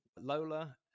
Lola